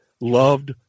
loved